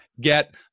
get